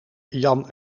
jan